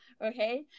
Okay